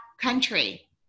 Country